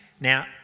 now